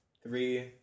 Three